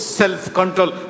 self-control